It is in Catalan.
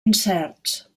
incerts